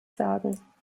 sagen